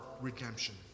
redemption